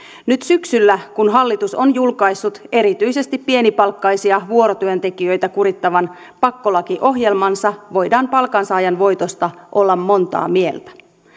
nyt syksyllä kun hallitus on julkaissut erityisesti pienipalkkaisia vuorotyöntekijöitä kurittavan pakkolakiohjelmansa voidaan palkansaajan voitosta olla montaa mieltä